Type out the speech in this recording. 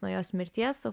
nuo jos mirties